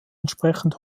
entsprechend